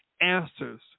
answers